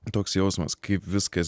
toks jausmas kaip viskas